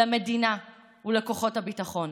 למדינה ולכוחות הביטחון.